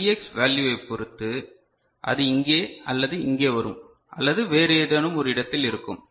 இந்த Vx வேல்யுவை பொறுத்து அது இங்கே அல்லது இங்கே வரும் அல்லது வேறு ஏதேனும் ஒரு இடத்தில் இருக்கும்